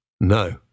No